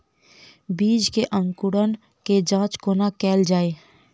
बीज केँ अंकुरण केँ जाँच कोना केल जाइ?